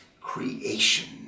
creation